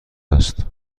است